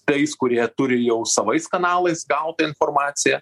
tais kurie turi jau savais kanalais gautą informaciją